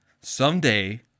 Someday